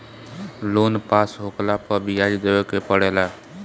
loan पास होखला पअ बियाज देवे के पड़ेला